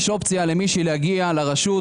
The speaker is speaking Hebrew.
יש אופציה למישהי להגיע לרשות,